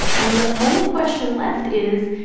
and the only question left is,